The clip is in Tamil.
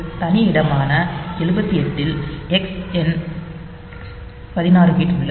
தனி இடமான 78 ல் எக்ஸ் எண் 16 பிட் உள்ளது